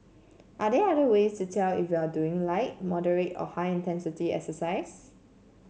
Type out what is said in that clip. are there other ways to tell if you are doing light moderate or high intensity exercise